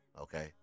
okay